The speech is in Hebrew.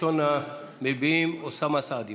ראשון המביעים, אוסאמה סעדי.